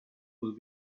will